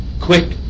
quick